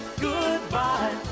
goodbye